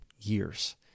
years